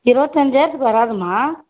இருபத்தஞ்சாயிரத்துக்கு வராதும்மா